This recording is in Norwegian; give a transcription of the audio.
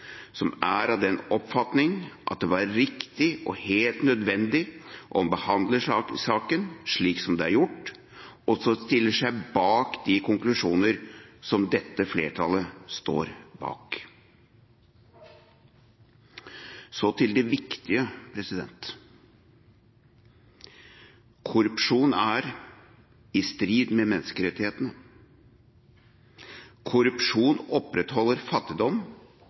som er av den oppfatning at det var riktig og helt nødvendig å behandle saken slik som det er gjort, og som stiller seg bak de konklusjoner som dette flertallet står bak. Så til det viktige: Korrupsjon er i strid med menneskerettighetene. Korrupsjon opprettholder fattigdom